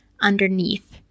underneath